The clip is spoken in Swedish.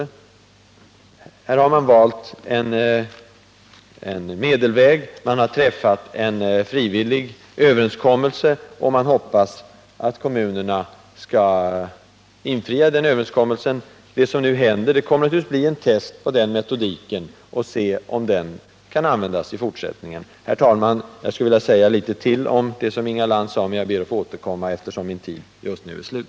I det här fallet har man valt en medelväg: en frivillig överenskommelse har träffats, och regeringen hoppas att kommunerna skall uppfylla den överenskommelsen. Utvecklingen kommer givetvis att bli ett test av den metodiken, och vi får se om den kan användas i fortsättningen. Herr talman! Jag skulle vilja kommentera det Inga Lantz sade ytterligare något, men jag ber att få återkomma, eftersom min tid just nu är slut.